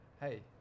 Hey